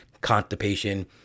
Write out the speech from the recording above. constipation